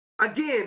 Again